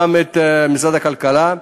גם את משרד הכלכלה,